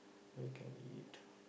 then we can eat